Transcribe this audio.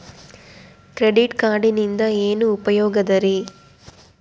Credit ಕಾರ್ಡಿನಿಂದ ಏನು ಉಪಯೋಗದರಿ?